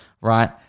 Right